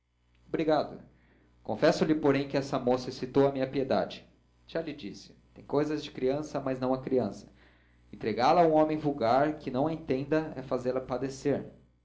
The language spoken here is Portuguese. obrigado confesso-lhe porém que essa moça excitou a minha piedade já lhe disse tem cousas de criança mas não é criança entregá la a um homem vulgar que não a entenda é fazê-la padecer